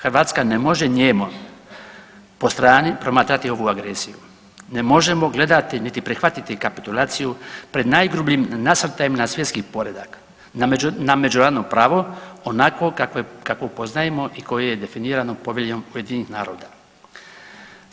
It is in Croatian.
Hrvatska ne može nijemo po strani promatrati ovu agresiju, ne možemo gledati, niti prihvatiti kapitulaciju pred najgrubljim nasrtajem na svjetski poredak, na međunarodno pravo onako kakvo poznajemo i koje je definirano Poveljom UN-a.